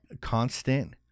constant